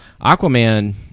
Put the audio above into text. Aquaman